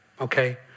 okay